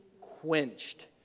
quenched